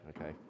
Okay